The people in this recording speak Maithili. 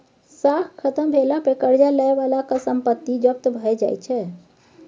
साख खत्म भेला पर करजा लए बलाक संपत्ति जब्त भए जाइ छै